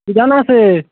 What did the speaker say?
কী ধান আছে